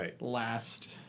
last